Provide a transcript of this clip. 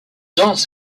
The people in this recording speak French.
danse